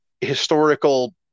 historical